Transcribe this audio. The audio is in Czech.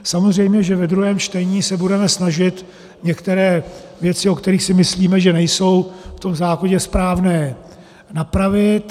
Samozřejmě, že ve druhém čtení se budeme snažit některé věci, o kterých si myslíme, že nejsou v tom zákoně správné, napravit.